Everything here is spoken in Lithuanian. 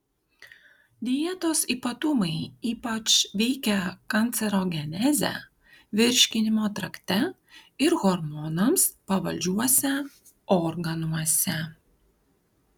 dietos ypatumai ypač veikia kancerogenezę virškinimo trakte ir hormonams pavaldžiuose organuose